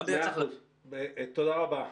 תודה רבה.